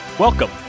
Welcome